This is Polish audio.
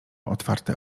otwarte